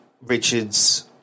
Richard's